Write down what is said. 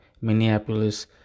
Minneapolis